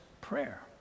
prayer